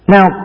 Now